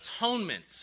atonement